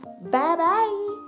Bye-bye